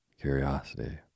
Curiosity